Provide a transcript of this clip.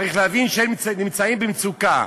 צריך להבין שהם נמצאים במצוקה.